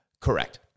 correct